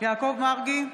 יעקב מרגי,